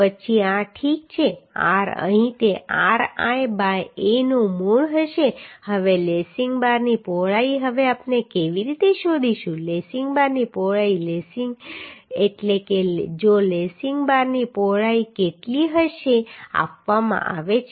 પછી યા ઠીક છે r અહીં તે r I બાય A નું મૂળ હશે હવે લેસિંગ બારની પહોળાઈ હવે આપણે કેવી રીતે શોધીશું લેસિંગ બારની પહોળાઈ એટલે કે જો લેસિંગ બારની પહોળાઈ કેટલી હશે આપવામાં આવે છે